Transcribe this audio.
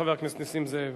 חבר הכנסת נסים זאב.